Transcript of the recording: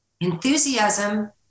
enthusiasm